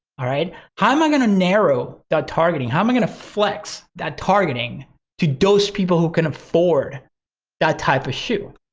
alright? how am i gonna narrow that targeting? how am i gonna flex that targeting to those people who can afford that type of shoe?